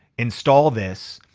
install this.